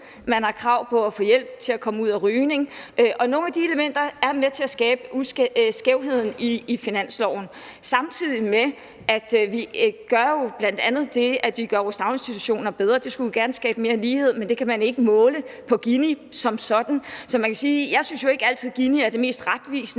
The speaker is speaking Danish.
Man har krav på at få hjælp til at holde op med at ryge. Nogle af de elementer er med til at skabe en skævhed i finansloven. Samtidig gør vi jo bl.a. det, at vi gør vores daginstitutioner bedre, og det skulle gerne skabe mere lighed, men det kan man ikke se på Ginikoefficienten som sådan. Så jeg synes ikke altid, at Ginikoefficienten er det mest retvisende